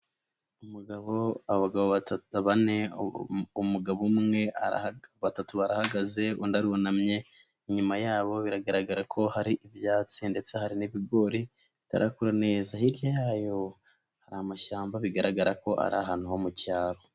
Abagabo bane umugabo umwe arahagaze ateruye ikintu, undi arunamye inyuma yabo biragaragara ko hari ibyatsi ndetse hari n'ibigori bitarakura neza, hirya yabo hari amashyamba bigaragara ko ari ahantu ho mu cyaro.